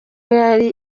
yari